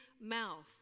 mouth